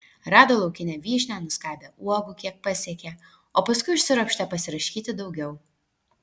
rado laukinę vyšnią nuskabė uogų kiek pasiekė o paskui užsiropštė pasiraškyti daugiau